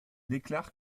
déclare